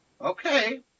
Okay